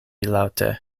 laŭte